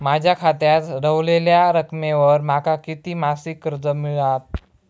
माझ्या खात्यात रव्हलेल्या रकमेवर माका किती मासिक कर्ज मिळात?